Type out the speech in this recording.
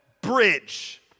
bridge